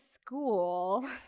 school